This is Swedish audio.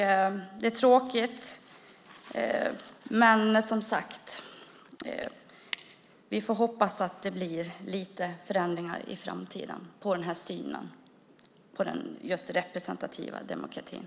Det är tråkigt, men vi får hoppas att det blir viss förändring i framtiden när det gäller synen på den representativa demokratin.